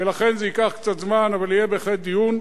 ולכן, זה ייקח קצת זמן, אבל יהיה בהחלט דיון.